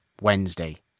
Wednesday